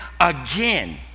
again